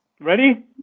Ready